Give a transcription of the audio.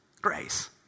grace